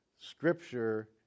Scripture